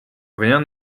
rien